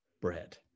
bread